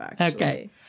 okay